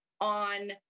on